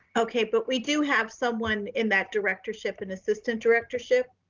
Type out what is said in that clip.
okay. but we do have someone in that directorship and assistant directorship.